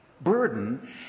burden